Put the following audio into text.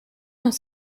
dans